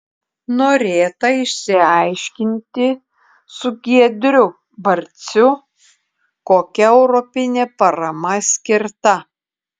norėta išsiaiškinti su giedriu barciu kokia europinė parama skirta